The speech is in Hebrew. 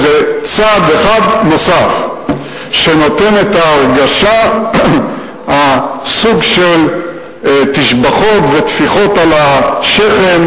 איזה צעד אחד נוסף שנותן את ההרגשה של סוג של תשבחות וטפיחות על השכם.